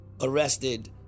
arrested